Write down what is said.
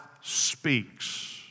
speaks